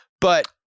but-